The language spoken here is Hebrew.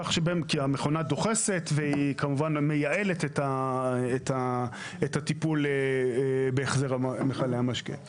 כי המכונה דוחסת והיא כמובן מייעלת את הטיפול בהחזר מכלי המשקה.